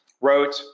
wrote